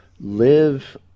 live